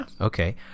okay